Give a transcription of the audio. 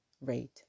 rate